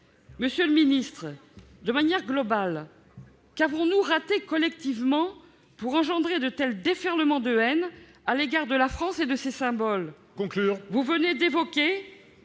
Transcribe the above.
vers les extrêmes. De manière globale, qu'avons-nous raté collectivement pour engendrer de tels déferlements de haine à l'égard de la France et de ses symboles ? Il faut conclure